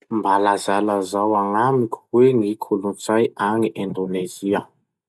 Mba lazalazao agnamiko hoe ny kolotsay agny Indonezia?